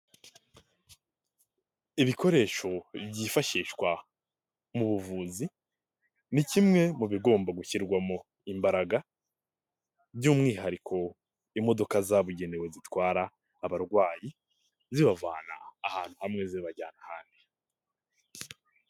Ibikoresho byifashishwa mu buvuzi ni kimwe mu bigomba gushyirwamo imbaraga by'umwihariko imodoka zabugenewe zitwara abarwayi, zibavana ahantu hamwe zibajyana ahandi.